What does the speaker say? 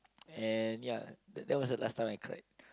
and ya that that was the last time I cried